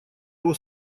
его